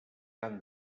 han